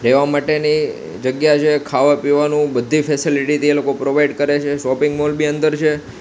રેવા માટેની જગ્યા છે ખાવા પીવાનું બધી ફેસેલિટી તે લોકો પ્રોવાઈડ કરે છે શોપિંગ મોલ બી અંદર છે